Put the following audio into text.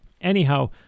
Anyhow